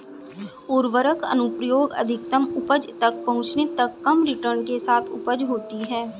उर्वरक अनुप्रयोग अधिकतम उपज तक पहुंचने तक कम रिटर्न के साथ उपज होती है